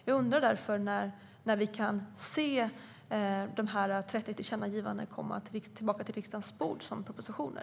Jag undrar därför när vi kan se de 30 tillkännagivandena komma tillbaka till riksdagen i form av propositioner.